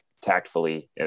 tactfully